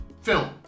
film